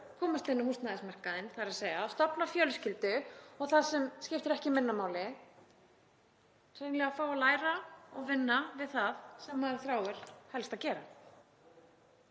komast inn á húsnæðismarkaðinn, stofna fjölskyldu, og það sem skiptir ekki minna máli, hreinlega að fá að læra og vinna við það sem maður þráir helst að gera.